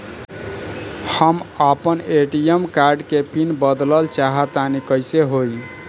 हम आपन ATM card के पीन बदलल चाहऽ तनि कइसे होई?